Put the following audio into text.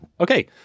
Okay